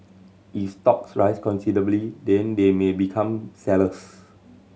if stocks rise considerably then they may become sellers